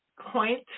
point